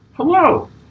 Hello